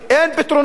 אין פתרונות,